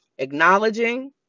Acknowledging